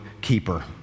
keeper